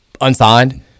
unsigned